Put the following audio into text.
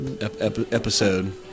episode